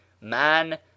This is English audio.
man